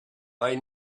they